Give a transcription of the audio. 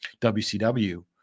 WCW